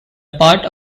part